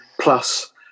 plus